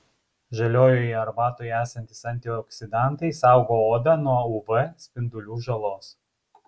žaliojoje arbatoje esantys antioksidantai saugo odą nuo uv spindulių žalos